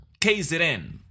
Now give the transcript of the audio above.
kzn